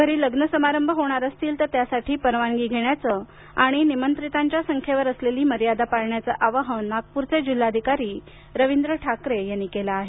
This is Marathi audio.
घरी लग्न समारंभ होणार असतील तरी त्यासाठी परवानगी घेण्याचे आणि निमंत्रितांच्या संख्येवर असलेली मर्यादा पाळण्याचे आवाहन नागपुरचे जिल्हाधिकारी रविंद्र ठाकरे यांनी केले आहे